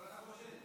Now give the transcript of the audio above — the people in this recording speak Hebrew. אבל אתה חושד.